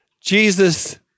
Jesus